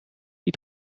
die